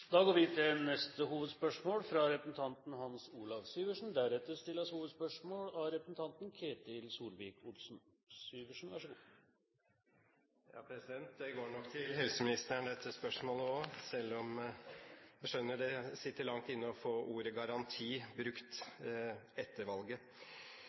Da går vi til neste hovedspørsmål. Det går nok til helseministeren dette spørsmålet også, selv om jeg skjønner det sitter langt inne å få ordet